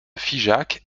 figeac